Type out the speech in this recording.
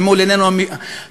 אל מול עינינו העצובות,